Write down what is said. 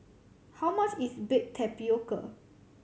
how much is baked tapioca